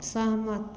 सहमत